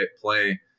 play